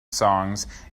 songs